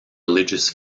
religious